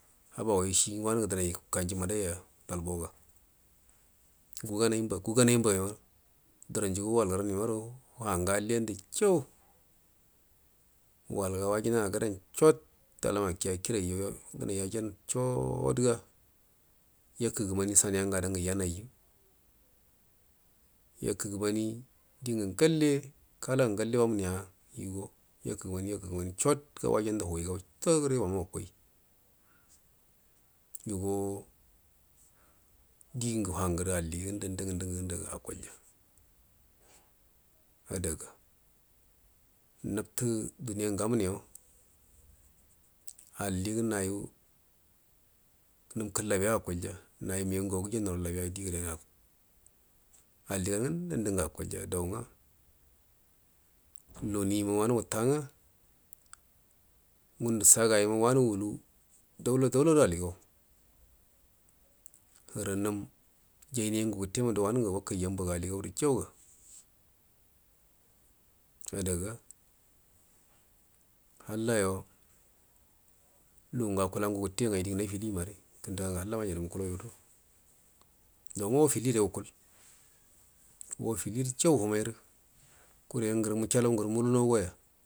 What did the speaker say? Habawai shingə wanungə dinai ikanju mbədai a talboga guganair mba gugainai mba yo dəranjo wal gadan jimarə wangə alliyandu jau walya wajinagadan chot alam kiya kiraijo abuai yajan chof ga yakəmani saniya ngade ngu yanaiju yakəgəmani dingə ngalle kalan ugalle wamunuya yago yakə gəmani galkəgəueni chot ga wajandu huguigau chot gəre wa ma waitai yago ding wangərə alli ngunda nganda ngə akilya adaga habtə duniya ngə garanugo alligə nayu num kəllabiya akulya nayu wigau ngagai guyanan ru idoiyayo di allig auma akelya dau uga lunima wahu kuta nga ngandu sagama wahu wutu daula daul do aligala buru num jainia ngu guttemado wa nungu wakaija abaga aligawru janga adaga halayo lungu akela ngu gut tena aidingə hatil mane kəndəga ligu halla majainal mukulau yudo do nga wafilire wukal wefilirə jolu wanairə kure ngərə muchalan ngərə mwlunau goya.